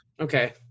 Okay